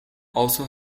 also